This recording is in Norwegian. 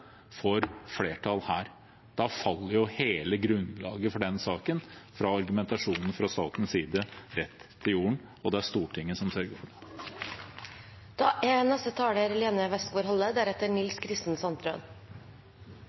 flertall her. Da faller hele grunnlaget for saken – gjennom argumentasjonen fra statens side – rett til jorden, og det er Stortinget som sørger for det. Dette stuntet, som Senterpartiet selv kaller det, er